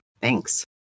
Thanks